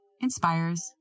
inspires